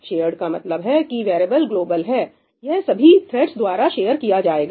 shared का मतलब है कि वेरिएबल ग्लोबल है यह सभी थ्रेडस द्वारा शेयर किया जाएगा